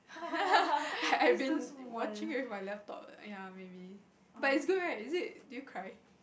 I I've been watching it with my laptop ya maybe but it's good right is it do you cry